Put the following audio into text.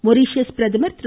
Mauritius பிரதமர் திரு